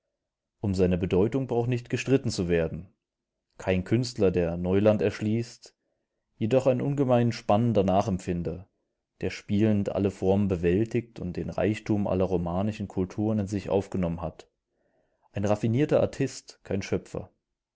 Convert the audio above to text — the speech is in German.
um seine bedeutung braucht nicht gestritten zu werden kein künstler der neuland erschließt jedoch ein ungemein aparter nachempfinder der spielend alle formen bewältigt und den reichtum aller romanischen kulturen in sich aufgenommen hat ein raffinierter artist kein schöpfer